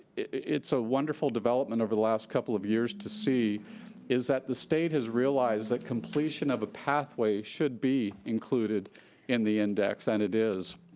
it's a wonderful development over the last couple of years to see is that the state has realized that completion of a pathway should be included in the index and it is.